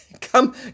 Come